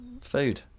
food